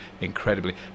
incredibly